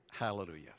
Hallelujah